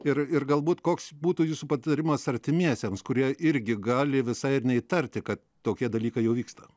ir ir galbūt koks būtų jūsų patarimas artimiesiems kurie irgi gali visai ir neįtarti kad tokie dalykai jau vyksta